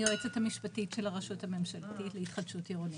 אני יועצת המשפטית של הרשות הממשלתית להתחדשות עירונית.